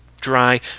dry